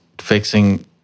fixing